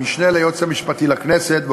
המשנה ליועץ המשפטי לכנסת,